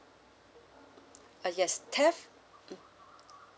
uh yes theft